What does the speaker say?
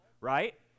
right